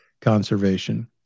conservation